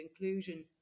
inclusion